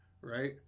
right